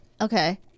Okay